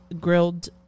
grilled